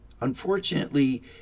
Unfortunately